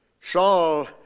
Saul